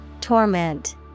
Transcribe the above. Torment